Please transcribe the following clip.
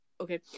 okay